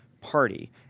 Party